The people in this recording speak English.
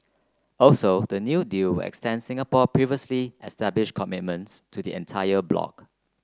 also the new deal will extend Singapore's previously established commitments to the entire block